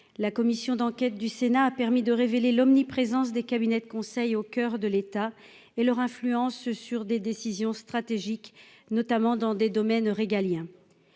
la commission d'enquête du Sénat a permis de révéler l'omniprésence des cabinets de conseil au coeur de l'État et leur influence sur des décisions stratégiques, notamment dans des domaines régaliens.